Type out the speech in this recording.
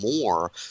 more